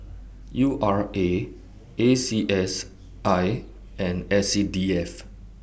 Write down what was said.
U R A A C S I and S C D F